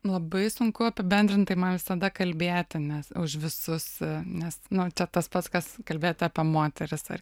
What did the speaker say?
labai sunku apibendrintai man visada kalbėti nes už visus nes nu čia tas pats kas kalbėti apie moteris ar